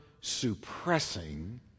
suppressing